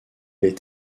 est